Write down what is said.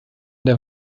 der